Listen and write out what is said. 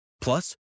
Plus